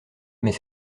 mais